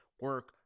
Work